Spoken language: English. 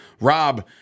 Rob